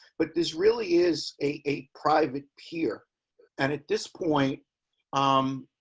but this really is a private peer and at this point i'm